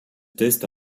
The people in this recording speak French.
test